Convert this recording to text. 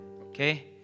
okay